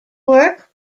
work